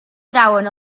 trauen